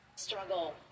Struggle